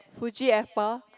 Fuji apple